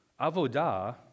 avodah